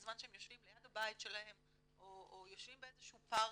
בזמן שהם יושבים ליד הבית שלהם או יושבים באיזה שהוא פארק,